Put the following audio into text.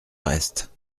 reste